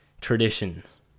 traditions